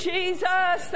Jesus